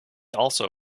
also